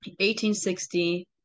1860